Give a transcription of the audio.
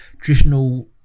traditional